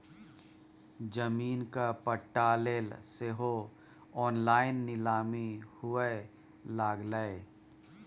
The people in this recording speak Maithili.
जमीनक पट्टा लेल सेहो ऑनलाइन नीलामी हुअए लागलै